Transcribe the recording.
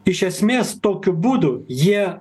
iš esmės tokiu būdu jie